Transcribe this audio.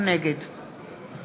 נגד